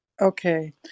Okay